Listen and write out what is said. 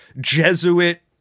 Jesuit